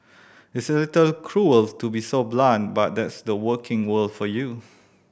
it's a little cruel to be so blunt but that's the working world for you